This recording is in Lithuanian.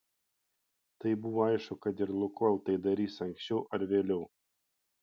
tai buvo aišku kad ir lukoil tai darys anksčiau ar vėliau